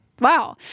wow